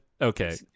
Okay